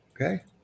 okay